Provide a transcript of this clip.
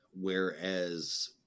Whereas